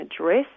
address